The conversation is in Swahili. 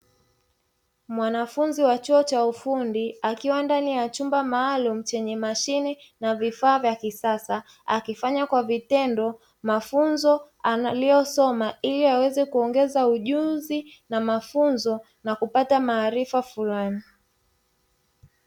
Mwanafunzi wa chuo cha ufundi akiwa ndani ya chumba maalumu chenye mashine na vifaa vya kisasa, akifanya kwa vitendo mafunzo aliyosoma ili aweze kuongeza ujuzi na mafunzo na kupata maarifa fulani.